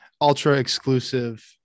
ultra-exclusive